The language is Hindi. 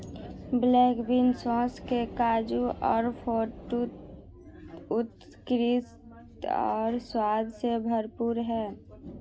ब्लैक बीन सॉस में काजू और टोफू उत्कृष्ट और स्वाद से भरपूर थे